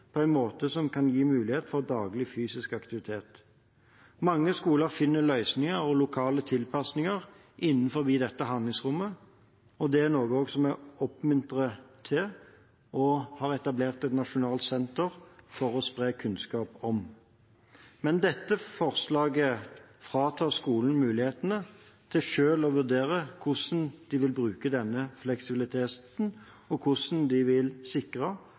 på en måte som kan gi mulighet for daglig fysisk aktivitet. Mange skoler finner løsninger og lokale tilpasninger innenfor dette handlingsrommet, og det er også noe som jeg oppmuntrer til og har etablert et nasjonalt senter for å spre kunnskap om. Men dette forslaget fratar skolene muligheten til selv å vurdere hvordan de vil bruke denne fleksibiliteten, og hvordan de vil sikre